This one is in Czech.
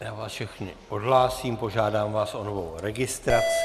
Já vás všechny odhlásím, požádám vás o novou registraci.